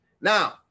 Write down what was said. Now